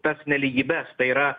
tas nelygybes tai yra